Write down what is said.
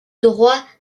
droit